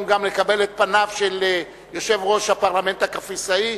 גם לקבל את פניו של יושב-ראש הפרלמנט הקפריסאי,